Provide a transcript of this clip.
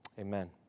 Amen